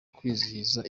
kwizihiza